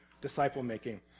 disciple-making